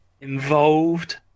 involved